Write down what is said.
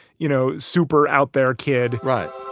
you know, super out there, kid. right